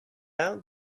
out